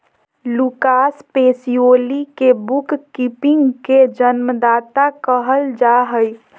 Lucas Pacioli के book keeping के जन्मदाता कहल जा हइ